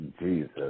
Jesus